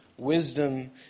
wisdom